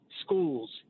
schools